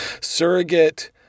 surrogate